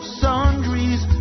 sundries